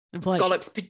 Scallops